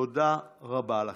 תודה רבה לכם.